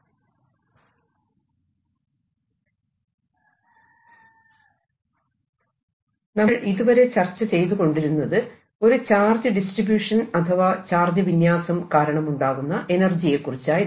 തുടർ ചാർജ് വിന്യാസത്തിന്റെ energy III electric field ഉപയോഗിച്ച് എനർജി ഡെൻസിറ്റി നമ്മൾ ഇതുവരെ ചർച്ച ചെയ്തു കൊണ്ടിരുന്നത് ഒരു ചാർജ് ഡിസ്ട്രിബ്യൂഷൻ അഥവാ ചാർജ് വിന്യാസം കാരണമുണ്ടാകുന്ന എനർജിയെക്കുറിച്ചായിരുന്നു